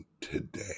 today